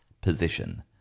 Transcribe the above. position